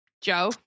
joe